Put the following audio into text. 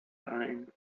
ein